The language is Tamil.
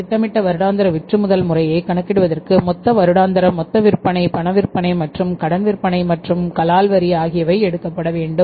திட்டமிடப்பட்ட வருடாந்திர விற்றுமுதல் முறையை கணக்கிடுவதற்கு மொத்த வருடாந்திர மொத்த விற்பனை பண விற்பனை மற்றும் கடன் விற்பனை மற்றும் கலால் வரி ஆகியவை எடுக்கப்பட வேண்டும்